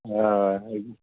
हय